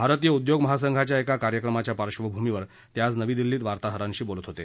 भारतीय उद्योग महासंघाच्या एका कार्यक्रमाच्या पार्श्वभूमीवर ते आज नवी दिल्लीत वार्ताहरांशी बोलत होते